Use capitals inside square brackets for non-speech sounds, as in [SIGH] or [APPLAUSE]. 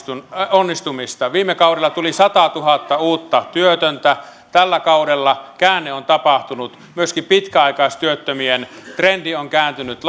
epäonnistumista viime kaudella tuli satatuhatta uutta työtöntä tällä kaudella käänne on tapahtunut myöskin pitkäaikaistyöttömien trendi on kääntynyt [UNINTELLIGIBLE]